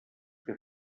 que